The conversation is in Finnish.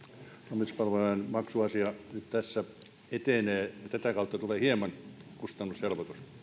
lomituspalvelujen maksuasia nyt tässä etenee ja tätä kautta tulee hieman kustannushelpotusta